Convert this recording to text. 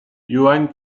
johann